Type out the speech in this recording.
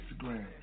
Instagram